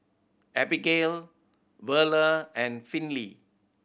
Abbigail Verla and Finley